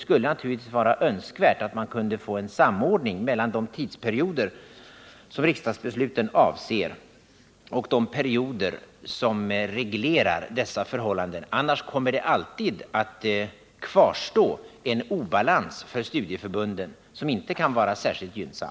Det vore önskvärt med en samordning mellan de tidsperioder som riksdagsbesluten avser och de perioder som reglerar dessa förhållanden. Annars kommer det alltid att kvarstå en obalans för studieförbunden som inte kan vara särskilt gynnsam.